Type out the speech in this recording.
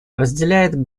разделяет